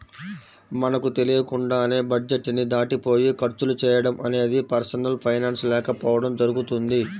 మనకు తెలియకుండానే బడ్జెట్ ని దాటిపోయి ఖర్చులు చేయడం అనేది పర్సనల్ ఫైనాన్స్ లేకపోవడం జరుగుతుంది